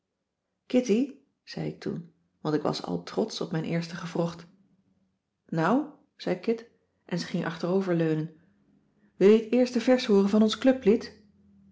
kitty zei ik toen want ik was al trotsch op mijn eerste gewrocht nou zei kit en ze ging achterover leunen wil je t eerste vers hooren van ons clublied